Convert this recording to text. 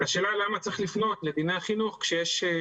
השר בא אלי ואמר שזה דחוף להעביר את